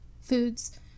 foods